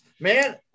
man